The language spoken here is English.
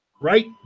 right